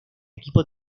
equipo